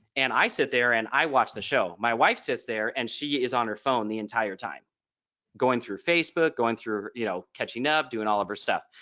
and i sit there and i watch the show. my wife sits there and she is on her phone the entire time going through facebook going through you know catching up doing all of her stuff.